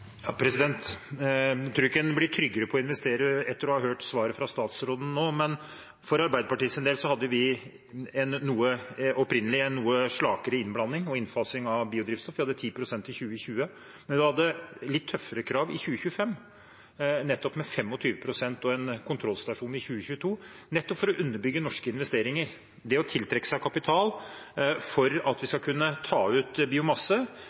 blir tryggere på å investere etter å ha hørt svaret fra statsråden nå. Men for Arbeiderpartiets del hadde vi opprinnelig en noe slakere innblanding og innfasing av biodrivstoff. Vi hadde ambisjon om 10 pst. i 2020, men vi hadde litt tøffere krav for 2025, nemlig 25 pst. og en kontrollstasjon i 2022, nettopp for å underbygge norske investeringer og tiltrekke seg kapital for at vi skal kunne ta ut biomasse,